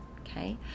okay